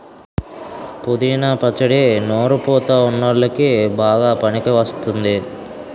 పుదీనా పచ్చడి నోరు పుతా వున్ల్లోకి బాగా పనికివస్తుంది